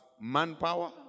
manpower